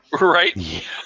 Right